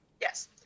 yes